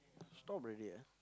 stop already ah